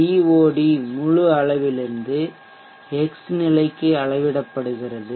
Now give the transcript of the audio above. DoD முழு அளவிலிருந்து x நிலைக்கு அளவிடப்படுகிறது